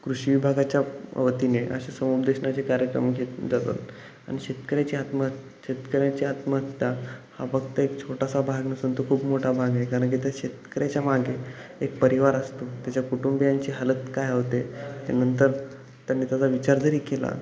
कृषी विभागाच्या वतीने असे समुपदेशनाचे कार्यक्रम घेतले जातात आणि शेतकऱ्याची आत्महत शेतकऱ्याची आत्महत्या हा फक्त एक छोटासा भाग नसून तो खूप मोठा भाग आहे कारण की त्या शेतकऱ्याच्या मागे एक परिवार असतो त्याच्या कुटुंबीयांची हालत काय होते त्यानंतर त्यांनी त्याचा विचार जरी केला